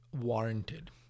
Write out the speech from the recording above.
warranted